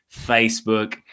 facebook